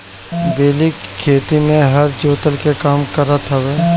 बैल खेती में हर जोतला के काम करत हवे